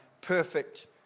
perfect